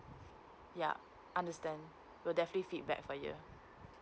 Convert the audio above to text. yup understand we definitely feedback for you